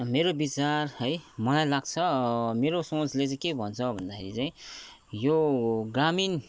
मेरो विचार है मलाई लाग्छ मेरो सोचले चाहिँ के भन्छ भन्दाखेरि चाहिँ यो ग्रामीण